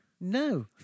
No